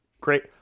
Great